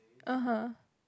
(uh huh)